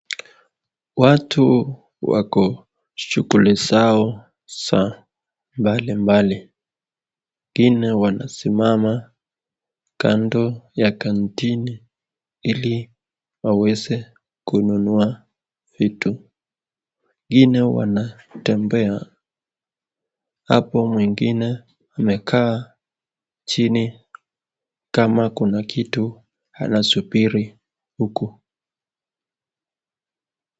Watu wako shughuli zao za mbalimbali wengine wanasimama kando ya canteen ili aweze kununua vitu, wengine wanatembea hapo mwengine amekaa chini kama kuna kitu anasubiri huku.